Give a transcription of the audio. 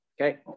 okay